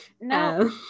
No